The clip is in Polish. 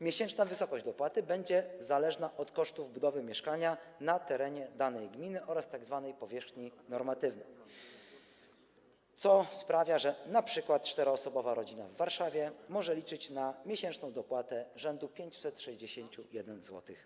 Miesięczna wysokość dopłaty będzie zależna od kosztów budowy mieszkania na terenie danej gminy oraz tzw. powierzchni normatywnej, co sprawia, że np. czteroosobowa rodzina w Warszawie może liczyć na miesięczną dopłatę rzędu 561 zł.